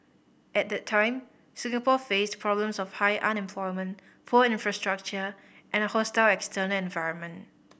at that time Singapore faced problems of high unemployment poor infrastructure and a hostile external environment